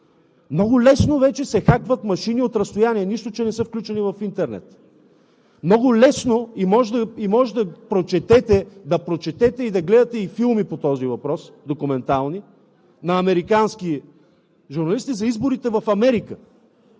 Много лесно вече се хакват машини от разстояние, нищо че не са включени в интернет, много лесно – може да прочетете, и да гледате документални филми по този въпрос на американски журналисти за изборите в Америка,